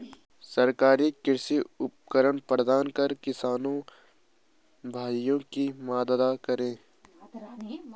सरकार कृषि उपकरण प्रदान कर किसान भाइयों की मदद करें